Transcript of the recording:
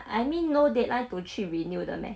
I mean no deadline to 去 renew 的 meh